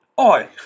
Oi